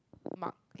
mark